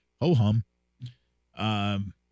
ho-hum